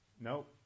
Nope